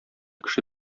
кеше